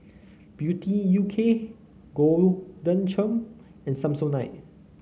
Beauty U K Golden Churn and Samsonite